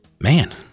man